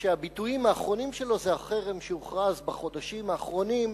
שהביטויים האחרונים שלה הם החרם שהוכרז בחודשים האחרונים,